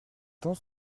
temps